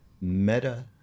Meta